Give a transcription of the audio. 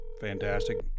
fantastic